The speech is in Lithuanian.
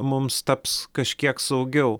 mums taps kažkiek saugiau